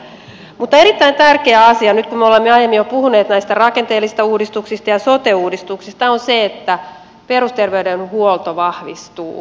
mutta erittäin tärkeä asia nyt kun me olemme jo aiemmin puhuneet näistä rakenteellisista uudistuksista ja sote uudistuksesta on se että perusterveydenhuolto vahvistuu